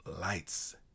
Lights